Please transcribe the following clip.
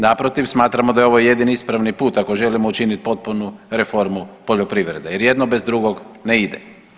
Naprotiv, smatramo da je ovo jedini ispravni put ako želimo učiniti potpunu reformu poljoprivrede jer jedno bez drugog ne ide.